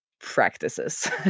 practices